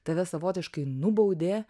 tave savotiškai nubaudė